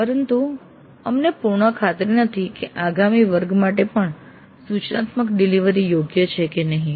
પરંતુ અમને પૂર્ણ ખાતરી નથી કે આગામી વર્ગ માટે પણ સૂચનાત્મક ડિલિવરી યોગ્ય છે કે નહીં